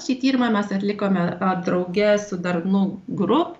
šį tyrimą mes atlikome drauge su darnu group